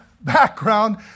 background